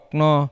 no